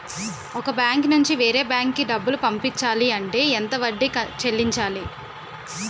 ఒక బ్యాంక్ నుంచి వేరే బ్యాంక్ కి డబ్బులు పంపించాలి అంటే ఎంత వడ్డీ చెల్లించాలి?